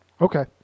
Okay